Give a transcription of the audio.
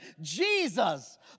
Jesus